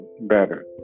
better